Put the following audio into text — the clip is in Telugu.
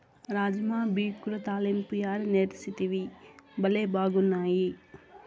రాజ్మా బిక్యుల తాలింపు యాడ నేర్సితివి, బళ్లే బాగున్నాయి